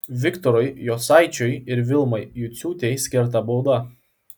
viktorui jocaičiui ir vilmai juciūtei skirta bauda